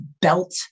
belt